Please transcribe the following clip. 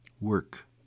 Work